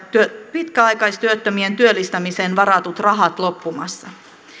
pitkäaikaistyöttömien työllistämiseen varatut rahat loppumassa